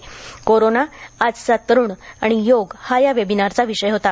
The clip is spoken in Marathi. कोरोना आजचा तरुण आणि योग हा या वेविनारचा विषय होता